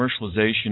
commercialization